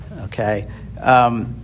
Okay